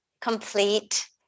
complete